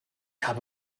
habe